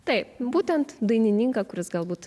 taip būtent dainininką kuris galbūt